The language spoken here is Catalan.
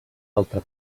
altra